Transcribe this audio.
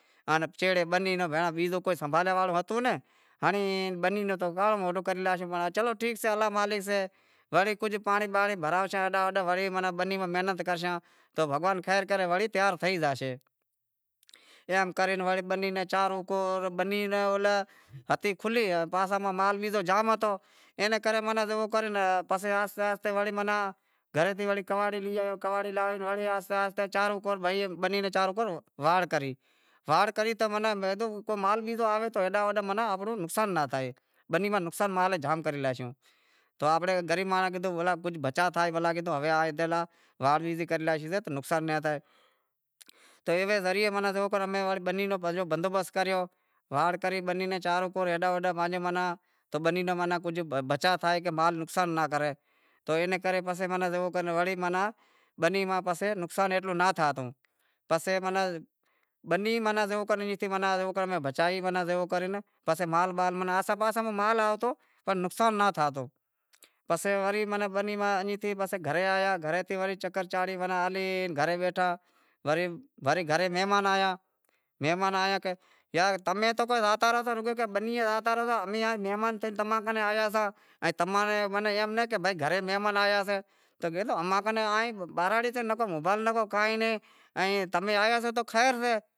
چیڑے بنی ناں بیزو سنبھالے واڑو ہتو ناں ہنڑی بنی رو تو کاڑو موہنڈو کری لاشو چلو ٹھیک سے الا مالک سے وڑی کجھ پانڑی بانڑی بھراوشاں ہیڈاں ہوڈاں وڑی بنی ماتھے محنت کرشاں تو بھگوان خیر کرے وری تیار تھئی زاشے۔ ایئاں کرے وڑے بنی ناں چاروں کور بنی ناں ہلیا تھی کھلی پاساں ماہ مال بیزو جام ہتو اینے کرے ماناں زیوو کر پسے آہستے آہستے وڑی ماناںگھریں تھی وڑے کہاڑی لی آیو، کہاڑی لائے وڑے آہستے آہستے چاروں کور، بنی ناں چاروں کور واڑ کری، واڑ کری چاں تو بیزو مال بال آہوے تو ماناں آنپڑو نقصان نھ تھئی زائے بنی ماہ نقشان مال جام کری لاشیوں۔ تو آنپڑے گریب مانڑو کیدہو کجھ بچا تھئی بھینڑاں تو ہوے اتے لا واڑ بیزی کرے لاشی سے تو اتو نقصان ناں تھے تو ایوے ذریئے جیوو کر امیں بنی رو بندوبست کریوواڑ کری بنی ناں چاروں کور ہیڈاں ہوڈاں تو بنی ناں ماناں کجھ بچا تھئے مال بال نقصان ناں کرے تو اینے کرے پسے ماناں زیوو کر بنی ماہ پسے نقصان ایتلو ناں تھیوتوبنی زیوو کر امیں بچائی زیوو کر پسے مال بال ماناں آساں پاساں ماہ مال آہوتو پنڑ نقصان ناں تھاتوپسے وری بنی ماہ ایئں تھی ورے گھرے آیا گھریں تھی وڑے چکر چانڑی ماناں ہلی گھری بیٹھا ورے گھرے مہمان آیا کہ یار تمہیں تو زاتا راہتا امیں تو مہمان تھائے تمہاں کناں آیا ہتا ائیں تمہیں اینئں ناں کہ گھرے مہمان آیا سے تو اماں کن بہراڑی ماہ نکو موبائیل نکو کائیں نکو کائین تمہیں آیا سو تو خیر سے۔